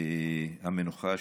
המנוחה שנרצחה,